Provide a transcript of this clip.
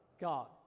God